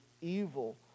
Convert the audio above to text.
Evil